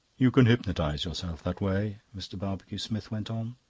you can hypnotise yourself that way, mr. barbecue-smith went on.